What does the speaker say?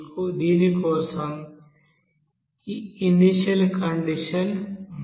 దీని కోసం మనకు ఈ ఇనీషియల్ కండిషన్ ఉండాలి